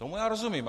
Tomu já rozumím.